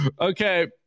Okay